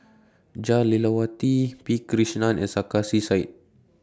Jah Lelawati P Krishnan and Sarkasi Said